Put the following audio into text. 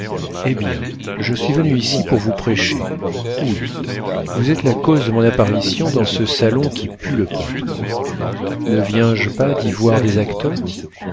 eh bien je suis venue ici pour vous prêcher oui vous êtes la cause de mon apparition dans ce salon qui pue le peuple ne viens-je pas d'y voir des acteurs